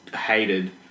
hated